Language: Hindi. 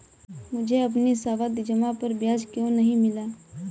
मुझे अपनी सावधि जमा पर ब्याज क्यो नहीं मिला?